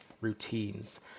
routines